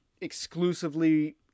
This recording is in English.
exclusively